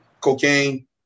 cocaine